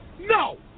No